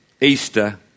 Easter